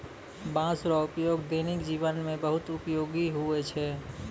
बाँस रो उपयोग दैनिक जिवन मे बहुत उपयोगी हुवै छै